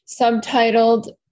subtitled